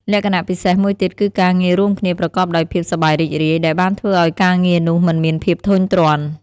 លក្ខណៈពិសេសមួយទៀតគឺការងាររួមគ្នាប្រកបដោយភាពសប្បាយរីករាយដែលបានធ្វើឲ្យការងារនោះមិនមានភាពធុញទ្រាន់។